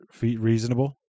reasonable